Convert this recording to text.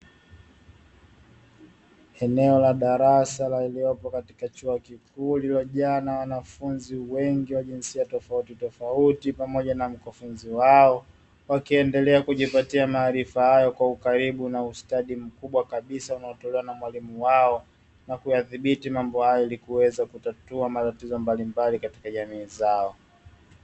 Eneo la darasa lililopo katika chuo kikuu lililojaa na wanafunzi wengi wa jinsia tofautitofauti pamoja na mkufunzi wao, wakiendelea kujipatia maarifa hayo kwa ukaribu na ustadi mkubwa kabisa unaotolewa na mwalimu wao na kuyathibiti mambo hayo ili kuweza kutatua matatizo mbalimbali katika jamii zao.